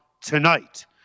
tonight